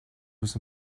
was